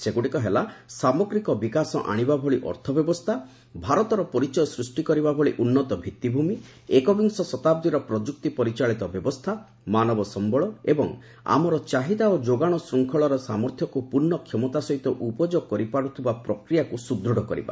ସେଗୁଡ଼ିକ ହେଲା ସାମଗ୍ରୀକ ବିକାଶ ଆଶିବ ଭଳି ଅର୍ଥ ବ୍ୟବସ୍ଥା ଭାରତର ପରିଚୟ ସୃଷ୍ଟି କରିବା ଭଳି ଉନ୍ନତ ଭିତ୍ତିଭୂମି ଏକବିଂଶ ଶତାବ୍ଦୀର ପ୍ରଯୁକ୍ତି ପରିଚାଳିତ ବ୍ୟବସ୍ଥା ମାନବ ସମ୍ଭଳ ଏବଂ ଆମର ଚାହିଦା ଓ ଯୋଗାଣ ଶୃଙ୍ଖଳର ସାମର୍ଥ୍ୟକୁ ପୂର୍ଣ୍ଣ କ୍ଷମତା ସହିତ ଉପଯୋଗ କରିପାରୁଥିବା ପ୍ରକ୍ରିୟାକୁ ସୁଦୃଢ଼ କରିବା